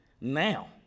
now